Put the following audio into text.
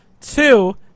Two